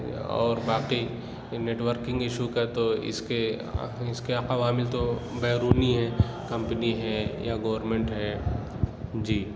اور باقی networking issue کا تو اِس کے اِس کے عوامل تو بیرونی ہیں کمپنی ہیں یا گورنمنٹ ہے جی